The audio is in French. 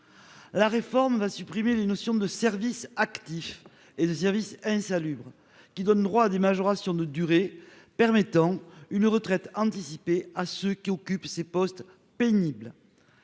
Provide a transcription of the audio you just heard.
La réforme va supprimer les notions de service actif et de service insalubre, qui donnent droit à des majorations de durée permettant une retraite anticipée à ceux qui occupent ces postes pénibles.